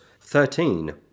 Thirteen